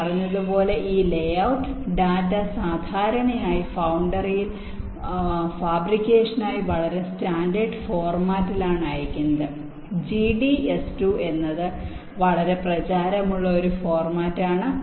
ഞാൻ പറഞ്ഞതുപോലെ ഈ ലേ ഔട്ട് ഡാറ്റ സാധാരണയായി ഫൌണ്ടറിയിൽ ഫാബ്രിക്കേഷനായി ചില സ്റ്റാൻഡേർഡ് ഫോർമാറ്റിലാണ് അയക്കുന്നത് GDS2 എന്നത് വളരെ പ്രചാരമുള്ള ഒരു ഫോർമാറ്റാണ്